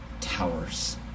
towers